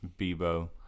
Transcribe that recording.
Bebo